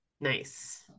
nice